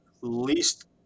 least